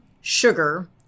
sugar